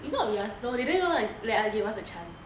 it's not we are slow they didn't wanna let us give us a chance